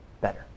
better